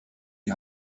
die